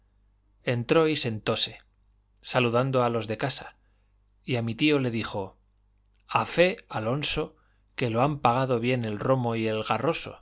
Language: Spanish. entró y sentóse saludando a los de casa y a mi tío le dijo a fe alonso que lo han pagado bien el romo y el garroso